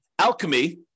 alchemy